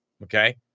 Okay